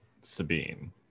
Sabine